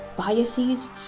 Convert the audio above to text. biases